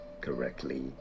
correctly